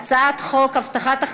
אם כן, הצעת החוק עברה,